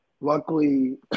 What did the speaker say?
luckily